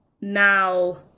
now